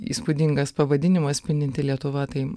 įspūdingas pavadinimas spindinti lietuva tai